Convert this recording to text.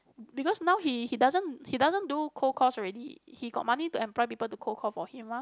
because now he he doesn't he doesn't do cold calls already he got money to employ people to cold call for him mah